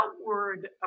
outward